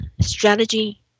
strategy